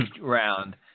round